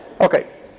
Okay